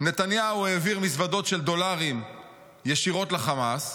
נתניהו העביר מזוודות של דולרים ישירות לחמאס,